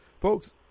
Folks